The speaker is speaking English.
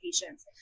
patients